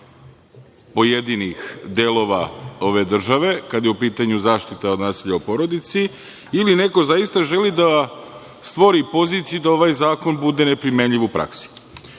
pojedinih delova ove države kada je u pitanju zaštita od nasilja u porodici ili neko zaista želi da stvori poziciju da ovaj zakon bude ne primenjiv u praksi? Član